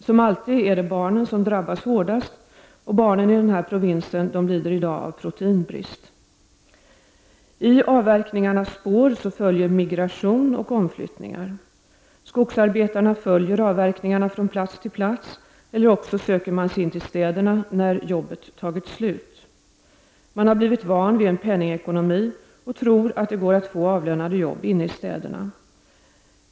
Som alltid är det barnen som drabbas hårdast, och barnen i den här provinsen lider i dag av proteinbrist. I avverkningarnas spår följer migration och omflyttningar. Skogsarbetarna följer avverkningarna från plats till plats, eller också söker man sig in till städerna när arbetet tagit slut. Man har blivit van vid en penningekonomi och tror att det går att få avlönade arbeten inne i städerna.